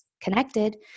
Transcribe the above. connected